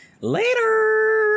later